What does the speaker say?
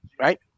Right